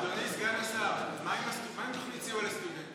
אדוני סגן השר, מה עם תוכנית סיוע לסטודנטים?